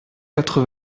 quatre